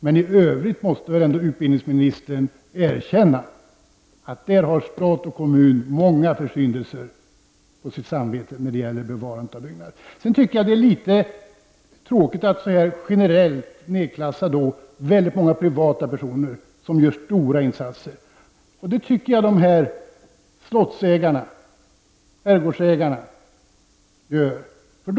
Men i övrigt måste utbildningsministern erkänna att stat och kommun har många försyndelser på sitt samvete när det gäller bevarandet av byggnader. Jag tycker att det är tråkigt att många privatpersoner som gör stora insatser nedklassas så här generellt. Jag tycker att slottsägarna och herrgårdsägarna gör stora insatser.